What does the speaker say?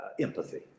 empathy